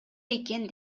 экен